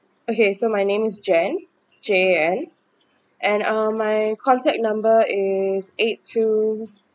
okay so my name is jan j a n and uh my contact number is eight two